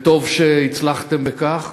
וטוב שהצלחתם בכך.